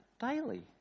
daily